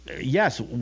yes